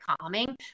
calming